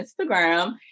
Instagram